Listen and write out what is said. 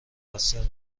مقصر